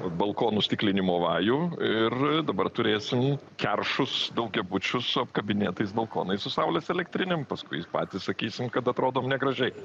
balkonų stiklinimo vajų ir dabar turėsim keršus daugiabučius su apkabinėtais balkonai su saulės elektrinėm paskui jūs patys sakysim kad atrodom negražiai